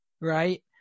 right